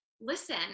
listen